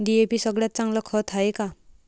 DAP सगळ्यात चांगलं खत हाये का?